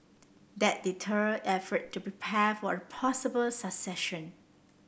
that deter effort to prepare for a possible succession